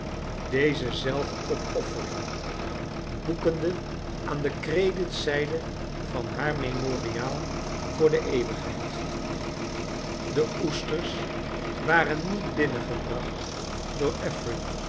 deze zelfopoffering boekende aan de creditzijde van haar memoriaal voor de eeuwigheid de oesters waren niet binnengebracht door